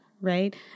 right